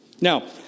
Now